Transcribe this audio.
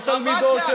לא תלמידו,